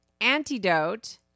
antidote